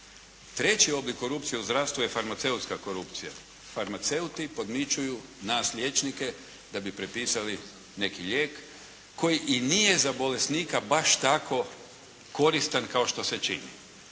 Treći oblik korupcije u zdravstvu je farmaceutska korupcija. Farmaceuti podmićuju nas liječnike da bi prepisali neki lijek koji i nije za bolesnika baš tako koristan kao što se čini.